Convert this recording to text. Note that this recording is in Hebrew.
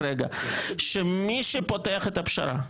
שמי שפותח את הפשרה,